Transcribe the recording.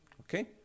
okay